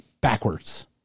backwards